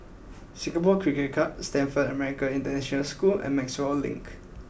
Singapore Cricket Club Stamford American International School and Maxwell Link